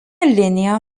linija